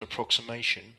approximation